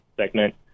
segment